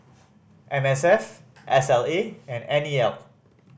M S F S L A and N E L